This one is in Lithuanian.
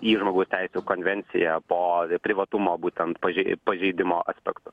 į žmogaus teisių konvenciją po privatumo būtent pažei pažeidimo aspektu